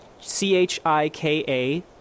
C-H-I-K-A